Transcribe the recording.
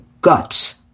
guts